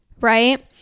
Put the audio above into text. right